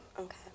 Okay